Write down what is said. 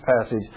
passage